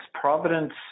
Providence